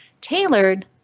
tailored